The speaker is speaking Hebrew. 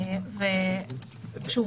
שוב,